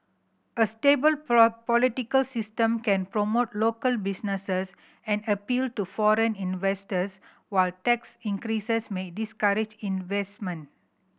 a stable political system can promote local businesses and appeal to foreign investors while tax increases may discourage investment